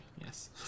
yes